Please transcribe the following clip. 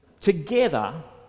together